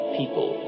People